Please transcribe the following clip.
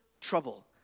trouble